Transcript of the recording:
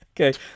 Okay